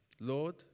Lord